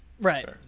Right